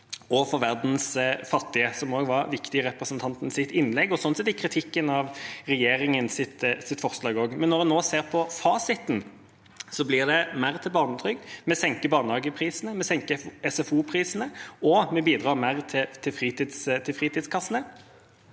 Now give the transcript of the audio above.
og for verdens fattige, som var viktig i representantens innlegg og sånn sett også i kritikken av regjeringas forslag. Når en nå ser på fasiten, blir det mer til barnetrygd, vi senker barnehageprisene, vi senker SFO-prisene, og vi bidrar mer til fritidskassene,